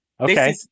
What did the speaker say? okay